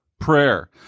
Prayer